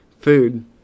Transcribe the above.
food